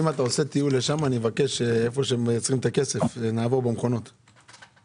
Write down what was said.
הישיבה ננעלה בשעה 11:45.